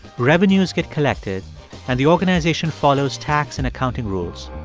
revenues get collected and the organization follows tax and accounting rules.